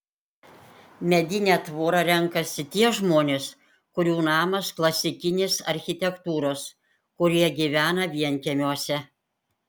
medinę tvorą renkasi tie žmonės kurių namas klasikinės architektūros kurie gyvena vienkiemiuose